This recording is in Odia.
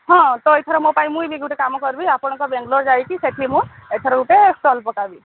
ହଁ ତ ଏଥର ମୋ ପାଇଁ ମୁଁଇ ବି ଗୋଟେ କାମ କରିବି ଆପଣଙ୍କ ବେଙ୍ଗଲୋର ଯାଇକି ସେଠି ମୁଁ ଏଥର ଗୋଟେ ଷ୍ଟଲ ପକାବି